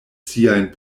siajn